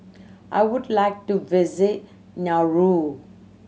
I would like to visit Nauru